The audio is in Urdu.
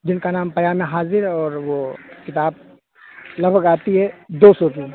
جن کا نام پیام حاضر اور وہ کتاب لگ بھگ آتی ہے دو سو کی